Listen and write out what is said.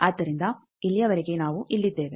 ಆದ್ದರಿಂದ ಇಲ್ಲಿಯವರೆಗೆ ನಾವು ಇಲ್ಲಿದ್ದೇವೆ